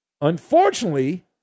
Unfortunately